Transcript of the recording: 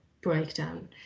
breakdown